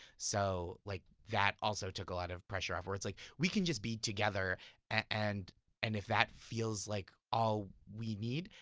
so like that also took a lot of pressure off. where it's like we can just be together and and if that feels like all we need,